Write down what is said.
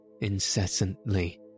incessantly